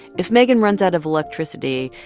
if megan runs out of electricity,